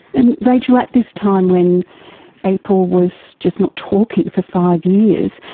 and rachel, at this time when april was just not talking for five years,